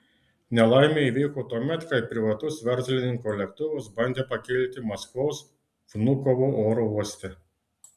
nelaimė įvyko tuomet kai privatus verslininko lėktuvas bandė pakilti maskvos vnukovo oro uoste